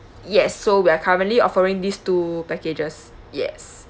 yes so we are currently offering these two packages yes